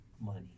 money